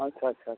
ᱟᱪᱪᱷᱟ ᱟᱪᱪᱷᱟ ᱟᱪᱪᱷᱟ